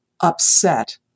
upset